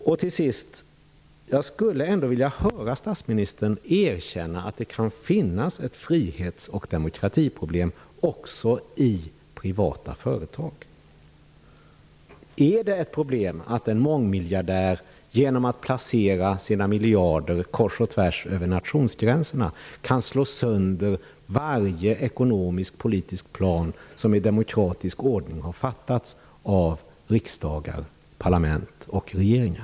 Jag skulle till sist ändå vilja höra statsministern erkänna att det kan finnas ett frihets och demokratiproblem också i privata företag. Är det ett problem att en mångmiljardär genom att placera sina miljarder kors och tvärs över nationsgränserna kan slå sönder varje ekonomisk-politisk plan som det i demokratisk ordning har fattats beslut om av riksdagar, parlament och regeringar?